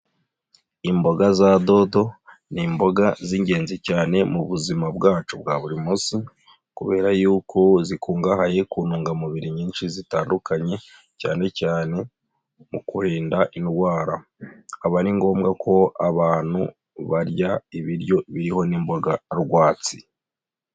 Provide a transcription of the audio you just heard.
Imboga za dodo ni imboga z'ingenzi cyane mu buzima bwacu bwa buri munsi kubera yuko zikungahaye ku ntungamubiri nyinshi zitandukanye, cyane cyane mu kurinda indwara. Aba ari ngombwa ko abantu barya ibiryo biriho n'imboga rwatsi.